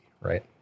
Right